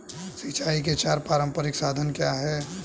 सिंचाई के चार पारंपरिक साधन क्या हैं?